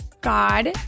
God